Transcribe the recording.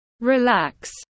relax